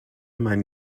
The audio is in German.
mein